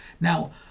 Now